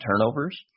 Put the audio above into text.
turnovers